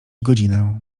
godzinę